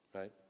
right